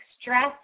stress